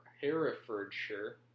Herefordshire